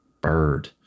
bird